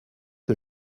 que